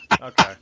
Okay